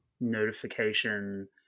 notification